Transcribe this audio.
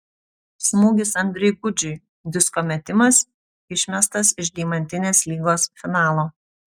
smūgis andriui gudžiui disko metimas išmestas iš deimantinės lygos finalo